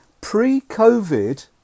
pre-COVID